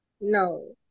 No